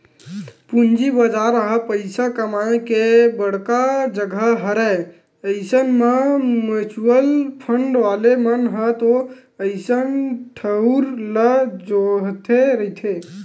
पूंजी बजार ह पइसा कमाए के बड़का जघा हरय अइसन म म्युचुअल फंड वाले मन ह तो अइसन ठउर ल जोहते रहिथे